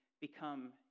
become